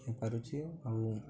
ହୋଇପାରୁଛି ଆଉ